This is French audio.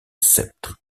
sceptre